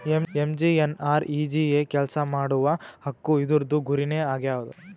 MGNREGA ಕೆಲ್ಸಾ ಮಾಡುವ ಹಕ್ಕು ಇದೂರ್ದು ಗುರಿ ನೇ ಆಗ್ಯದ